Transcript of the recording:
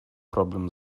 problem